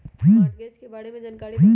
Mortgage के बारे में जानकारी देहु?